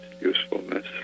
usefulness